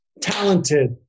talented